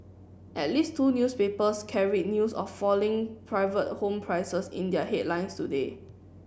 at least two newspapers carried news of falling private home prices in their headlines today